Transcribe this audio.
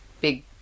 big